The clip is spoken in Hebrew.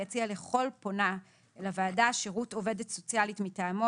יציע לכל פונה לוועדה שירות עובדת סוציאלית מטעמו,